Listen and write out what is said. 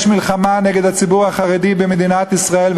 יש מלחמה נגד הציבור החרדי במדינת ישראל,